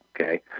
okay